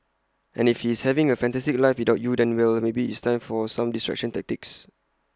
and if he's having A fantastic life without you then well maybe it's time for some distraction tactics